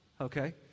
Okay